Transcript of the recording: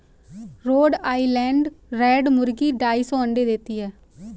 road Island red मुर्गी ढाई सौ अंडे देती है